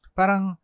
parang